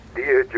dear